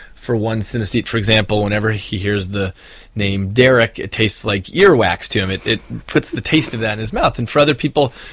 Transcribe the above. for one synesthete, for example, whenever he hears the name derek it tastes like earwax to him, it it puts the taste of that in his mouth. and for other people,